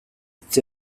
hitz